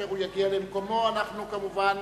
וכאשר הוא יגיע למקומו אנחנו כמובן